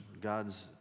God's